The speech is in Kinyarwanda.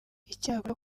icyakora